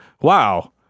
wow